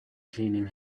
cleaning